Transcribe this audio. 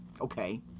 Okay